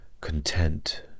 content